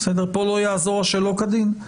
פה לא יעזור "שלא כדין".